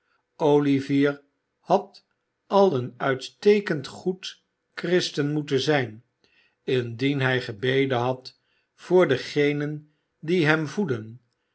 olivier had al een uitstekend goed christen moeten zijn indien hij gebeden had voor degenen die hem voedden